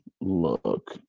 look